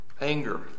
Anger